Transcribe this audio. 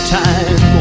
time